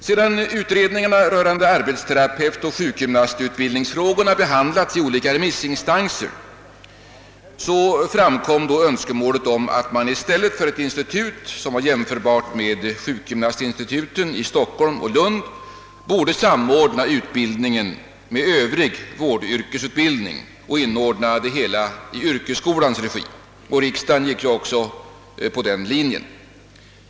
Sedan utredningarna rörande arbetsterapeutoch sjukgymnastutbildningsfrågorna behandlats av olika remissinstanser, framkom önskemålet om att man i stället för att inrätta ett institut, som var jämförbart med sjukgymnastinstituten i Stockholm och Lund, borde samordna utbildningen med övrig vårdyrkesutbiidning och inordna det hela i yrkesskolans regi. Riksdagen följde som bekant också den linjen.